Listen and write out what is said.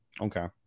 Okay